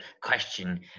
question